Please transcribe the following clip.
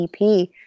EP